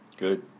Good